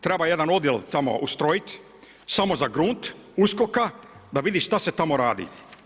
Treba jedan odjel, tamo ustrojiti, samo za grud USKOK-a da vidi što se tamo radi.